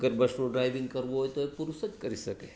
કે અગર બસનું ડ્રાઇવિંગ કરવું હોય તો એ પુરુષ જ કરી શકે